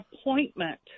appointment